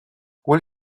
will